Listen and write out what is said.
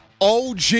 OG